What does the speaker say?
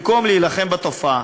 במקום להילחם בתופעה.